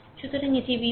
সুতরাং এটি v1